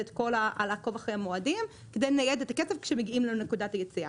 ולעקוב אחרי המועדים כדי לנייד את הכסף כשמגיעים לנקודת היציאה.